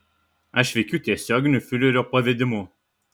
aš veikiu tiesioginiu fiurerio pavedimu